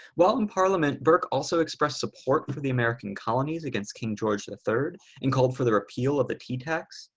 well in parliament burke also express support for the american colonies against king george the third and cold for the repeal of the tea tax.